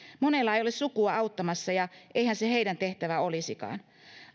monella ei ole sukua auttamassa ja eihän se heidän tehtävä olisikaan